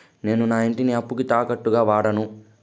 నేను నా ఇంటిని అప్పుకి తాకట్టుగా వాడాను